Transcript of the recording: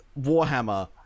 warhammer